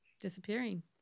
disappearing